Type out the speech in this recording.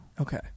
Okay